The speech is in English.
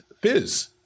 Fizz